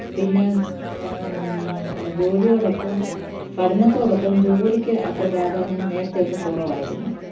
പിന്നെ ജോലിയോടൊപ്പം പഠനത്തോടൊപ്പം ജോലിക്ക് അത്ര പ്രാധാന്യം നേരത്തെയൊക്കെ കുറവായിരുന്നു